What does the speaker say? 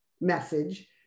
message